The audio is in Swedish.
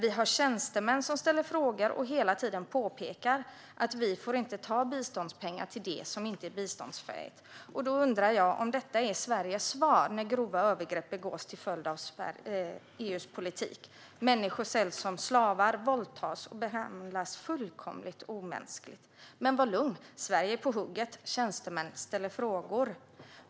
Vi har tjänstemän som ställer frågor och hela tiden påpekar att vi får inte ta biståndspengar till det som inte är biståndsfähigt." Är detta Sveriges svar när grova övergrepp begås till följd av EU:s politik? Människor säljs som slavar, våldtas och behandlas fullkomligt omänskligt, men var lugn: Sverige är på hugget, och tjänstemän ställer frågor.